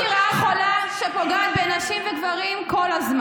מה זה הדבר הזה?